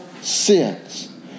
sins